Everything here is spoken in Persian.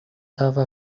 اول